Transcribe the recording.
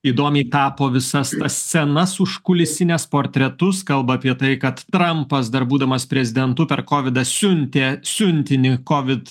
įdomiai tapo visas scenas užkulisines portretus kalba apie tai kad trampas dar būdamas prezidentu per kovidą siuntė siuntinį kovit